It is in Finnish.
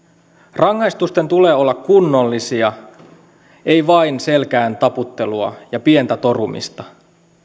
rangaistusten tulee olla kunnollisia ei vain selkään taputtelua ja pientä torumista